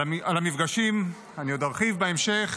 על המפגשים אני עוד ארחיב בהמשך.